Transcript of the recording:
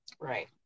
Right